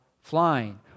flying